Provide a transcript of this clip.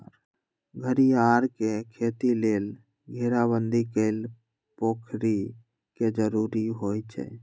घरियार के खेती लेल घेराबंदी कएल पोखरि के जरूरी होइ छै